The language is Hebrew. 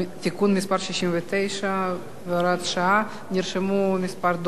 מס' 69 והוראת שעה) נרשמו מספר דוברים.